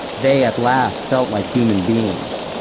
they at last felt like human beings.